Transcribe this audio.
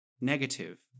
negative